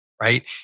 right